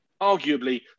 arguably